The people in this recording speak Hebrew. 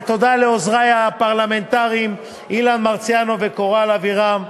ותודה לעוזרי הפרלמנטריים אילן מרסיאנו וקורל אבירם,